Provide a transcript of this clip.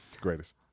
Greatest